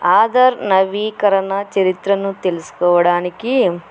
ఆధార్ నవీకరణ చరిత్రను తెలుసుకోవడానికి